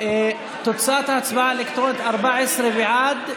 תוצאת ההצבעה האלקטרונית: 14 בעד,